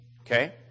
okay